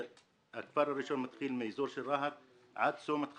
הכפר הראשון מתחיל מאזור רהט עד צומת חתרורים,